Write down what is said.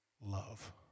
love